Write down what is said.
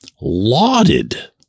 lauded